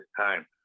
time